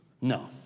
No